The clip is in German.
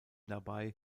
dabei